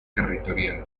territorial